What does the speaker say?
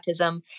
autism